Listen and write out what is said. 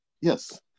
Yes